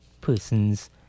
persons